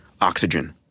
Oxygen